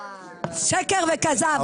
שקר וכזב.